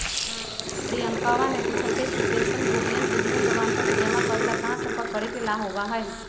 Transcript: रियंकावा ने पूछल कई कि पेंशनभोगियन के जीवन प्रमाण पत्र जमा करे ला कहाँ संपर्क करे ला होबा हई?